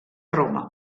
roma